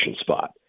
spot